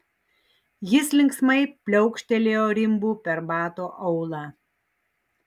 jis linksmai pliaukštelėjo rimbu per bato aulą